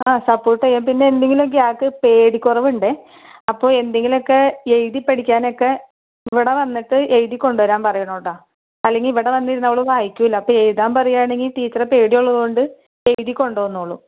ആ സപ്പോർട്ട് ചെയ്യാം പിന്നെന്തെങ്കിലുമൊക്കെ ആൾക്ക് പേടി കുറവുണ്ട് അപ്പൊയെന്തെങ്കിലൊക്കെ എഴുതി പഠിക്കാനൊക്കെ ഇവിടെ വന്നിട്ട് എഴുതി കൊണ്ടരാൻ പറയണോട്ടോ അല്ലെങ്കിൽ ഇവിടെ വന്നിരുന്ന് അവൾ വായിക്കൂല്ല ഇപ്പം എഴുതാൻ പറയുവാണെങ്കിൽ ടീച്ചറെ പേടി ഉള്ളോണ്ട് എഴുതി കൊണ്ടന്നോളും